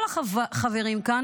כל החברים כאן,